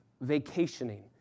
vacationing